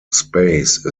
space